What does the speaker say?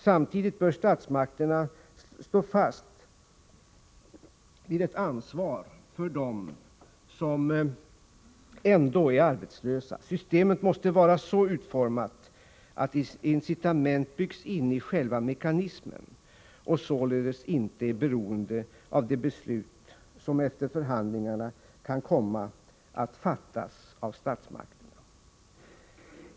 Samtidigt bör statsmakterna stå fast vid ett ansvar för dem som ändå är arbetslösa. Systemet måste vara så utformat att incitament byggs in i själva mekanismen och således inte är beroende av de beslut som efter förhandlingarna kan komma att fattas av statsmakterna.